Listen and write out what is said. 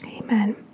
Amen